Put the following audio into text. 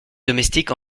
domestique